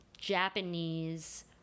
Japanese